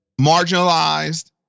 marginalized